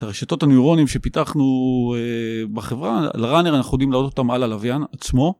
הרשתות הנוירונים שפיתחנו בחברה, על ראנר אנחנו להעלות אותם על הלוויין עצמו.